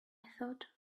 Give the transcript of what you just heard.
thought